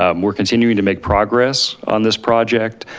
um we're continuing to make progress on this project.